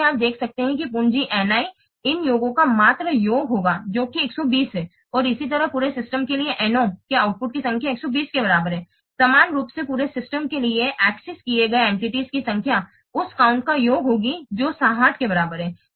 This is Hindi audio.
इसलिए आप देख सकते हैं पूँजी N i इन योगों का मात्र योग होगा जो कि 120 है और इसी तरह पूरे सिस्टम के लिए N o के आउटपुट की संख्या 120 के बराबर है समान रूप से पूरे सिस्टम के लिए एक्सेस किए गए एंटिटीज़ की संख्या इस काउंट्स का योग होगी जो 60 के बराबर है